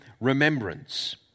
remembrance